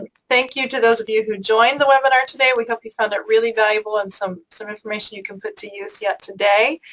and thank you to those of you who joined the webinar today. we hope you found it really valuable and some some information you can put to use yeah today.